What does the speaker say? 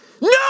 No